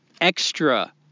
extra